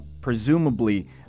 presumably